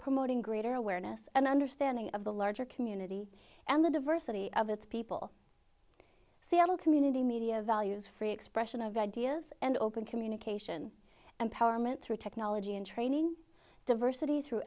promoting greater awareness and understanding of the larger community and the diversity of its people seattle community media values free expression of ideas and open communication empowerment through technology and training diversity through